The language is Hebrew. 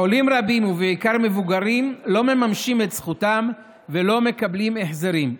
חולים רבים ובעיקר מבוגרים לא מממשים את זכותם ולא מקבלים החזרים.